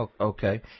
Okay